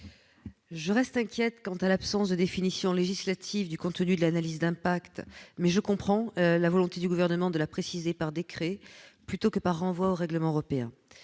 Je reste inquiète quant à l'absence de définition législative du contenu de l'analyse d'impact, mais je comprends la volonté du Gouvernement de la préciser par décret plutôt que par renvoi au règlement européen.